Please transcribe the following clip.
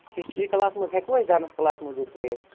history class ما حٲز ہیٚکو أسۍ ڈانس کلاس موٗجوٗب ترٲوِتھ